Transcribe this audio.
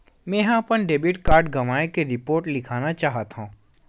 मेंहा अपन debit card गवाए के रिपोर्ट लिखना चाहत हव